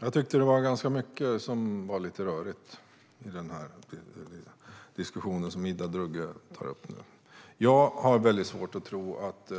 Herr talman! Det var mycket av det som Ida Drougge tog upp som var lite rörigt. Jag har svårt att tro att